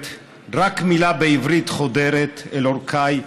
/ רק מילה בעברית חודרת / אל עורקיי,